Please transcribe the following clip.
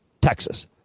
Texas